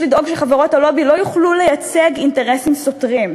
יש לדאוג שחברות הלובי לא יוכלו לייצג אינטרסים סותרים.